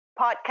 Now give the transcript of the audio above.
podcast